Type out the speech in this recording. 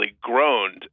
groaned